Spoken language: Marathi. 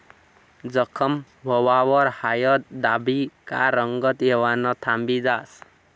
जखम व्हवावर हायद दाबी का रंगत येवानं थांबी जास